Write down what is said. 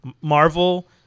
marvel